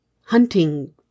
hunting